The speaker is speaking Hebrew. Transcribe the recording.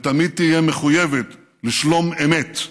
ותמיד תהיה מחויבת לשלום אמת,